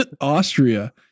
Austria